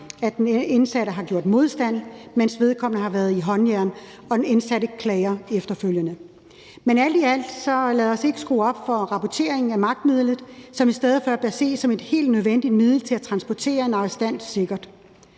at den indsatte har gjort modstand, mens vedkommende var i håndjern. Men alt i alt: Lad os ikke skrue op for rapportering om brug af magtmidlet, som i stedet bør ses som et helt nødvendigt middel for at kunne transportere en arrestant sikkert.